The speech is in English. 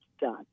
done